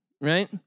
right